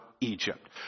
egypt